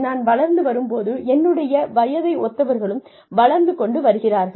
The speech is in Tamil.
நான் வளர்ந்து வரும் போது என்னுடைய வயதை ஒத்தவர்களும் வளர்ந்து கொண்டு வருகிறார்கள்